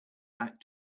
back